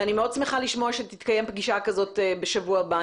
ואני מאוד שמחה לשמוע שתתקיים פגישה כזאת בשבוע הבא.